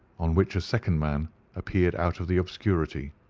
on which a second man appeared out of the obscurity.